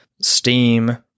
Steam